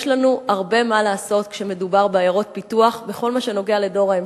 יש לנו הרבה מה לעשות כשמדובר בעיירות פיתוח בכל מה שמדובר בדור ההמשך.